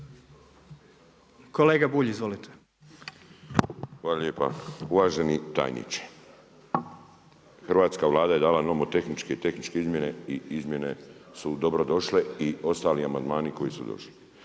**Bulj, Miro (MOST)** Hvala lijepa. Uvaženi tajniče, Hrvatska vlada je dala nomotehničke i tehničke izmjene i izmjene su dobro došle i ostali amandmani koji su došli.